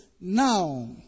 Now